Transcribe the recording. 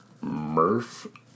Murph